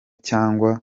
cyangwa